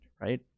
right